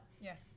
Yes